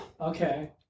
Okay